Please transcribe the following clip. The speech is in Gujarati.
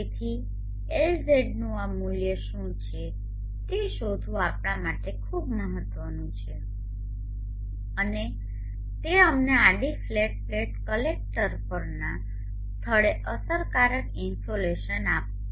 તેથી Lzનું આ મૂલ્ય શું છે તે શોધવું આપણા માટે ખૂબ મહત્વનું છે અને તે અમને આડી ફ્લેટ પ્લેટ કલેક્ટર પરના સ્થળે અસરકારક ઇન્સોલેશન આપશે